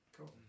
Cool